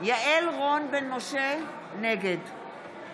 יעל רון בן משה, נגד